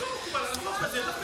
אבל זה לא מקובל.